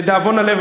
לדאבון הלב,